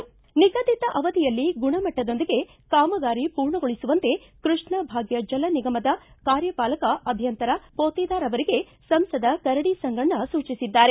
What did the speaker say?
ನಿಗದಿತ ಅವಧಿಯಲ್ಲಿ ಗುಣಮಟ್ಟದೊಂದಿಗೆ ಕಾಮಗಾರಿ ಪೂರ್ಣಗೊಳಿಸುವಂತೆ ಕೃಷ್ಣ ಭಾಗ್ಯ ಜಲ ನಿಗಮದ ಕಾರ್ಯಪಾಲಕ ಅಭಿಯಂತರ ಪೋತೆದಾರ ಅವರಿಗೆ ಸಂಸದ ಕರಡಿ ಸಂಗಣ್ಣ ಸೂಚಿಸಿದ್ದಾರೆ